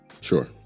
Sure